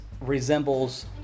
resembles